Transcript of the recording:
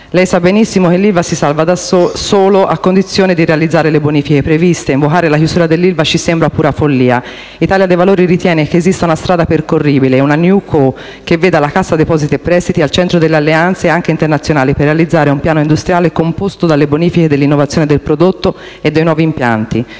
Lei sa benissimo che l'ILVA si salva solo a condizione di realizzare le bonifiche previste. Invocare la chiusura dell'ILVA ci sembra pura follia. Italia dei Valori ritiene che esista una strada percorribile: una *newco* che veda la Cassa depositi e prestiti al centro delle alleanze, anche internazionali, per realizzare un piano industriale composto dalle bonifiche, dalla innovazione del prodotto e dai nuovi impianti.